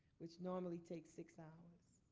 which normally takes six hours.